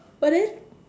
but then